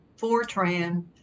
Fortran